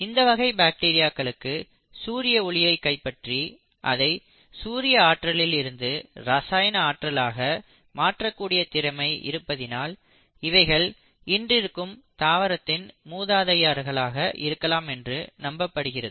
இந்த வகை பாக்டீரியாக்களுக்கு சூரிய ஒளியை கைப்பற்றி அதை சூரிய ஆற்றலில் இருந்து ரசாயன ஆற்றலாக மாற்றக் கூடிய திறமை இருப்பதினால் இவைகள் இன்றிருக்கும் தாவரத்தின் மூதாதையர்களாக இருக்கலாம் என்று நம்பப்படுகிறது